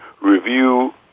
review